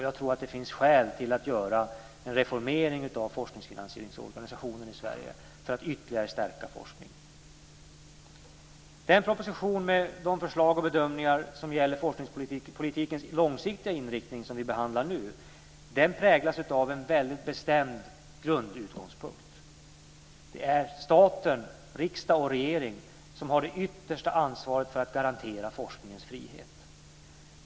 Jag tror att det finns skäl till att göra en reformering av forskningsfinansieringsorganisationen i Sverige för att ytterligare stärka forskningen. Den proposition med de förslag och bedömningar som gäller forskningspolitikens långsiktiga inriktning som vi behandlar nu präglas av en väldigt bestämd grundutgångspunkt. Det är staten, riksdag och regering, som har det yttersta ansvaret för att garantera forskningens frihet.